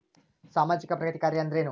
ಸಾಮಾಜಿಕ ಪ್ರಗತಿ ಕಾರ್ಯಾ ಅಂದ್ರೇನು?